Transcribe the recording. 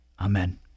Amen